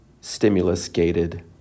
stimulus-gated